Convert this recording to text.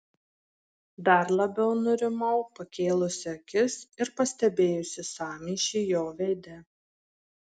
dar labiau nurimau pakėlusi akis ir pastebėjusi sąmyšį jo veide